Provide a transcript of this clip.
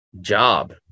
job